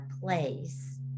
place